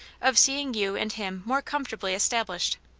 of seeing you and him more comfortably established.